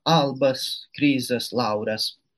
albas krizas lauras